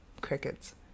crickets